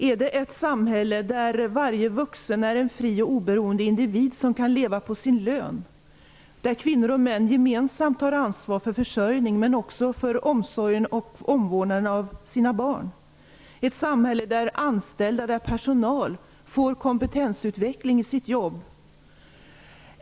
Är det ett samhälle där varje vuxen är en fri och oberoende individ som kan leva på sin lön, där kvinnor och män gemensamt tar ansvar för försörjningen och också för omsorgen om och omvårdnaden av sina barn -- ett samhälle där anställda, personal, får kompetensutveckling i sina jobb?